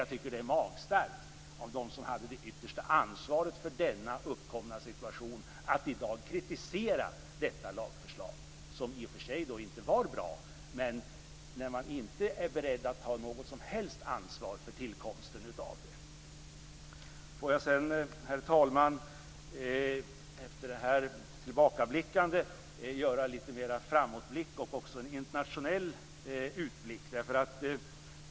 Jag tycker att det är magstarkt av dem som hade det yttersta ansvaret för den uppkomna situationen att i dag kritisera det lagförslaget, som i och för sig inte var bra, när man inte är beredd att ta något som helst ansvar för tillkomsten av det. Får jag, herr talman, efter detta tillbakablickande göra en liten framåtblick och en internationell utblick.